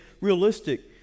realistic